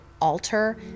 alter